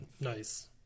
nice